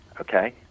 Okay